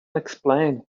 explain